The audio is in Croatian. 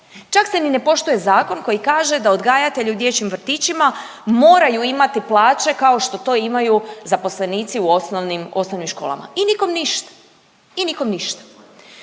Čak se ni ne poštuje zakon koji kaže da odgajatelji u dječjim vrtićima moraju imati plaće kao što to imaju zaposlenici u osnovnim, osnovnim školama. I nikom ništa, i nikom ništa.